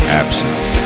absence